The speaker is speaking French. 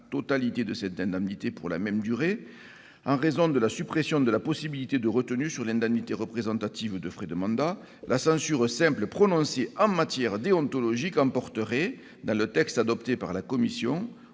du texte adopté par la commission, en raison de la suppression de la possibilité de retenue sur l'indemnité représentative de frais de mandat, la censure simple prononcée en matière déontologique emporterait, outre la privation